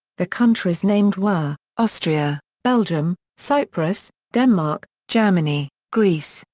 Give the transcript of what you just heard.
the countries named were austria, belgium, cyprus, denmark, germany, greece,